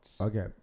Okay